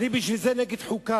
בגלל זה אני נגד חוקה,